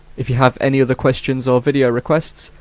if you have any other questions or video requests,